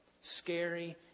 scary